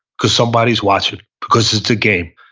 because somebody is watching, because it's a game.